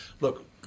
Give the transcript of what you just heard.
Look